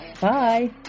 Bye